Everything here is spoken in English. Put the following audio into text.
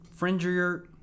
fringier